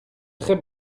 très